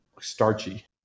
starchy